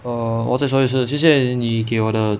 err 我再说一次谢谢你给我的